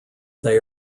they